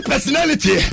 Personality